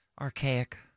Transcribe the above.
archaic